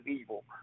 evil